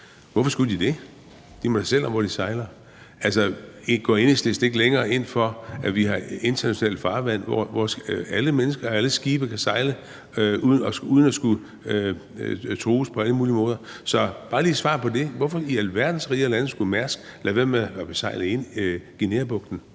Hvorfor skulle de det? De må da selv om, hvor de sejler. Altså, går Enhedslisten ikke længere ind for, at vi har internationalt farvand, hvor alle mennesker og alle skibe kan sejle uden at skulle trues på alle måder? Så bare lige et svar på det: Hvorfor i alverdens riger og lande skulle Mærsk lade være med at besejle Guinea-bugten?